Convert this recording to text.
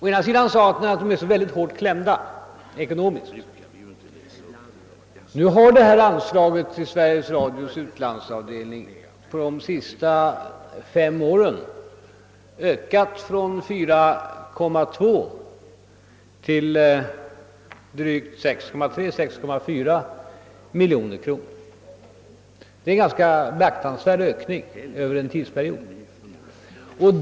Å ena sidan hävdade herr Nelander att man är så hårt klämd ekonomiskt. Detta anslag till Sveriges Radios utlandsavdelning har emellertid på de senaste fem åren ökat från 4,2 miljoner kronor till 6,3 å 6,4 miljoner kronor. Det är en ganska beaktansvärd ökning under tidsperioden.